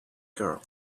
girl